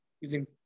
using